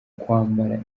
kwambara